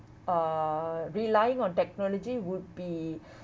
uh relying on technology would be